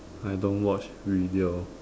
I don't watch video